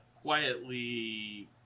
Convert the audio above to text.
quietly